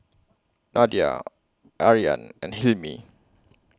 Nadia Aryan and Hilmi